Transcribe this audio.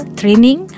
training